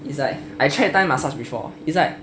it's like I tried thai massage before it's like